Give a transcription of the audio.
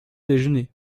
déjeuner